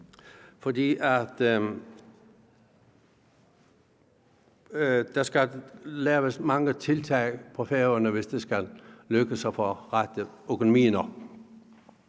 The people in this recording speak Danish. der skal laves mange tiltag på Færøerne, hvis det skal lykkes at få rettet økonomien